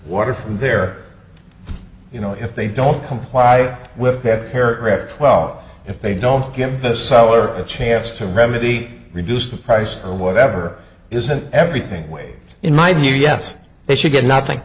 water from there you know if they don't comply with air well if they don't get the seller a chance to remedy reduce the price or whatever isn't everything way in my view yes they should get nothing